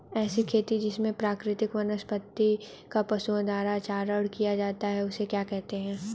ऐसी खेती जिसमें प्राकृतिक वनस्पति का पशुओं द्वारा चारण किया जाता है उसे क्या कहते हैं?